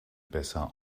besser